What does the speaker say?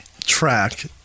track